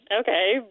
Okay